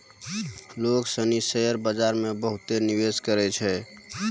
लोग सनी शेयर बाजार मे बहुते निवेश करै छै